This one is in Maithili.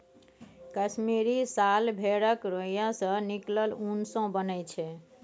कश्मीरी साल भेड़क रोइयाँ सँ निकलल उन सँ बनय छै